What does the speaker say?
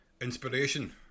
Inspiration